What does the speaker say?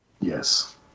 Yes